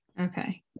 okay